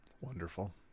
Wonderful